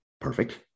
perfect